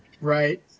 Right